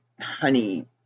honey